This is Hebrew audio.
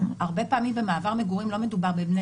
הרבה פעמים במעבר מגורים לא מדובר בבני